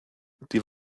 die